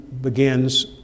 begins